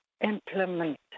implement